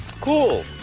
Cool